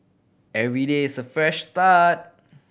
every day is a fresh start